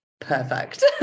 perfect